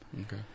Okay